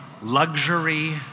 luxury